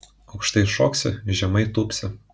aukštai šoksi žemai tūpsi